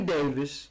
Davis